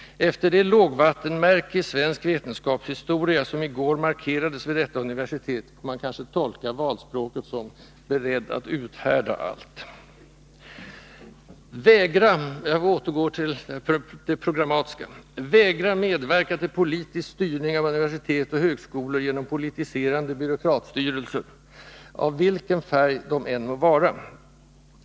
Efter det lågvattenmärke i svensk vetenskapshistoria som i går markerades vid detta universitet får man kanske tolka valspråket som ”beredd att uthärda allt”. Jag återgår till det programmatiska: ”Vägra medverka till politisk styrning av universitet och högskolor genom politiserande byråkratstyrelser, utsedda av regeringen, av vilken färg denna än må vara.